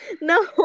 no